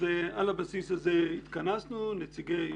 ועל הבסיס הזה התכנסנו, נציגי